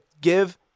give